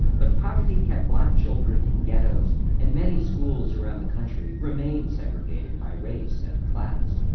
but poverty kept black children in ghettos and many schools around the country remained segregated by race and class.